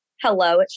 hello